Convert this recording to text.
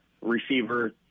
receiver